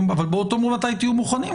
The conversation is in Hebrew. אבל תאמרו מתי תהיו מוכנים,